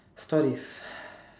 stories